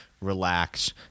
relax